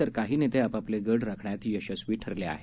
तर काही नेते आपापले गड राखण्यात यशस्वी ठरले आहेत